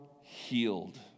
healed